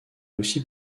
aussi